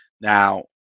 Now